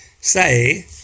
say